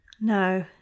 No